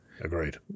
Agreed